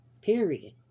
period